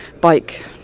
bike